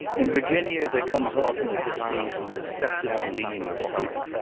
in virginia there comes often at this season a deceptive gleam of summer,